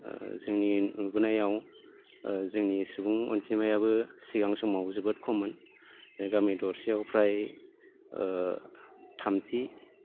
ओ जोंनि नुबोनायाव ओ जोंनि सुबुं अनजिमायाबो सिगां समाव जोबोद खममोन गामि दरसेयाव फ्राय ओ थामजि